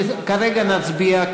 כרגע נצביע,